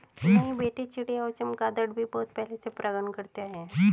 नहीं बेटे चिड़िया और चमगादर भी बहुत पहले से परागण करते आए हैं